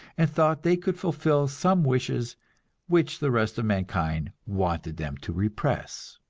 and thought they could fulfill some wishes which the rest of mankind wanted them to repress!